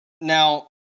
now